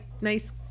nice